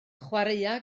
chwaraea